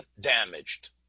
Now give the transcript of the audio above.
damaged